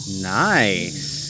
Nice